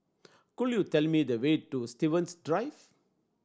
could you tell me the way to Stevens Drive